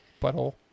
butthole